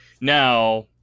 now